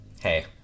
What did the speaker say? hey